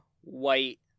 white